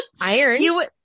Iron